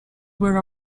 were